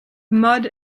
mud